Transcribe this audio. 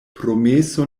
promeso